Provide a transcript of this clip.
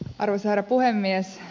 arvoisa herra puhemies